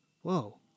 Whoa